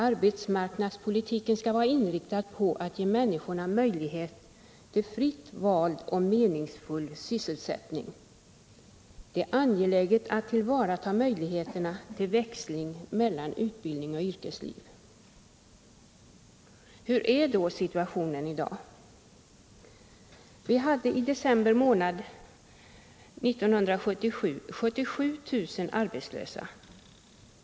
Arbetsmarknadspolitiken skall vara inriktad på att ge människorna möjlighet till fritt vald och meningsfull sysselsättning. Det är angeläget att tillvarataga möjligheterna till växling mellan utbildning och yrkesliv.” Hurdan är då situationen i dag? I december månad 1977 hade vi 77 000 arbetslösa.